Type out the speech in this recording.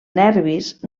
nervis